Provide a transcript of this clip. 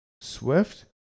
Swift